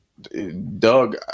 Doug